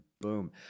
boom